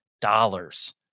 dollars